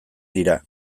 dira